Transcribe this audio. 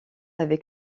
avec